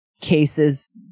cases